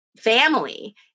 family